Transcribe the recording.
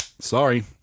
Sorry